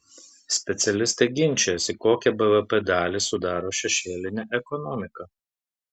specialistai ginčijasi kokią bvp dalį sudaro šešėlinė ekonomika